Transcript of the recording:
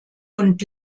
und